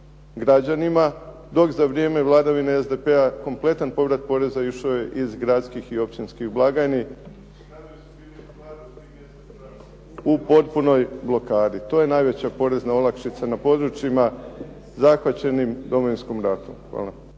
građanima, dok za vrijeme vladavine SDP-a kompletan povrat poreza išao je iz gradskih i općinskih blagajni. … /Upadica se ne čuje./… U potpunoj blokadi. To je najveća porezna olakšica na područjima zahvaćenim Domovinskim ratom. Hvala.